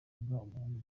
uvuga